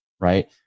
right